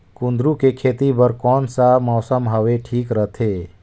कुंदूरु के खेती बर कौन सा मौसम हवे ठीक रथे?